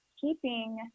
keeping